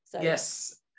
Yes